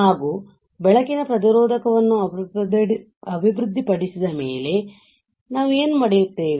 ಹಾಗೂ ನಾವು ಬೆಳಕಿನ ಪ್ರತಿರೋಧಕವನ್ನು ಅಭಿವೃದ್ದಿಪಡಿಸಿದ ಮೇಲೆ ನಾವು ಏನನ್ನು ಪಡೆಯುತ್ತೇವೆ